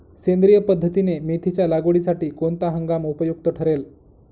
सेंद्रिय पद्धतीने मेथीच्या लागवडीसाठी कोणता हंगाम उपयुक्त ठरेल?